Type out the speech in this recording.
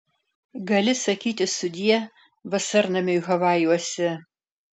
gali sakyti sudie vasarnamiui havajuose